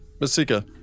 Masika